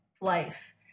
life